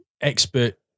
expert